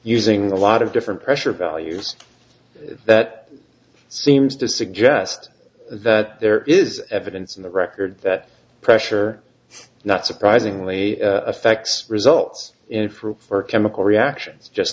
using a lot of different pressure values that seems to suggest that there is evidence in the record that pressure not surprisingly affects results in for chemical reactions just